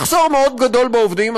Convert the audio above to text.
מחסור מאוד גדול בעובדים.